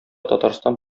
татарстан